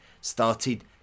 started